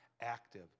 active